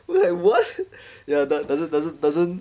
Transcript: we're like what ya does~ doesn't doesn't doesn't